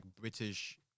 British